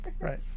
right